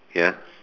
ya